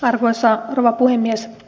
arvoisa rouva puhemies